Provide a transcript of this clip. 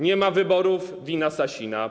Nie ma wyborów - wina Sasina.